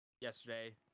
yesterday